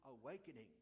awakening